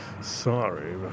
sorry